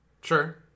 Sure